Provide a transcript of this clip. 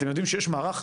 אתם יודעים שיש מערך.